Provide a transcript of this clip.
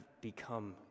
become